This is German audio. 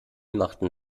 machten